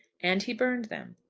and he burned them.